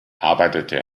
arbeitete